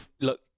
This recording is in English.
Look